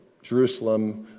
Jerusalem